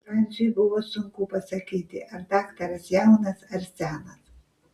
franciui buvo sunku pasakyti ar daktaras jaunas ar senas